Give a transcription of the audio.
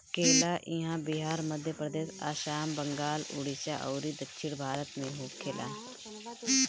केला इहां बिहार, मध्यप्रदेश, आसाम, बंगाल, उड़ीसा अउरी दक्षिण भारत में होखेला